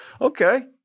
okay